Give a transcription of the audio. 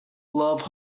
love